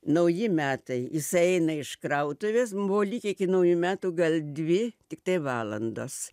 nauji metai jisai eina iš krautuvės buvo likę iki naujų metų gal dvi tiktai valandos